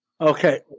Okay